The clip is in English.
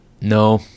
No